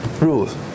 rules